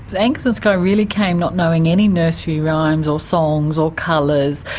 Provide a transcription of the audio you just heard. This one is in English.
angus and skye really came not knowing any nursery rhymes or songs or colours.